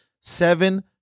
seven